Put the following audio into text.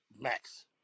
max